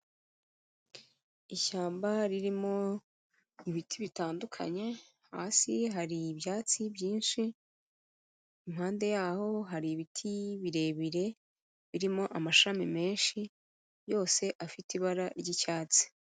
Ishyamba ririmo ibiti bitandukanye hasi hari ibyatsi byinshi, impande y'aho hari ibiti birebire birimo amashami menshi yose afite ibara ry'icyatsi.